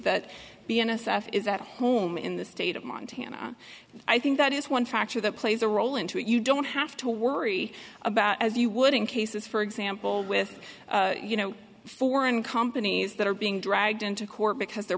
f is at home in the state of montana i think that is one factor that plays a role into it you don't have to worry about as you would in cases for example with you know foreign companies that are being dragged into court because their